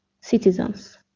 citizens